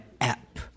app